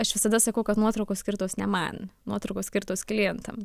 aš visada sakau kad nuotraukos skirtos ne man nuotraukos skirtos klientam